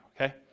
Okay